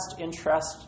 interest